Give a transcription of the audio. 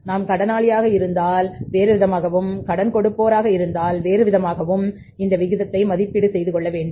நாம் கடனாளியாக இருந்தால் வேறுவிதமாகவும் கடன் கொடுப்போர் ஆக இருந்தால் வேறு விதமாகவும் இந்த விகிதத்தை மதிப்பீடு செய்துகொள்ள வேண்டும்